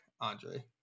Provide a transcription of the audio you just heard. Andre